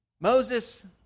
Moses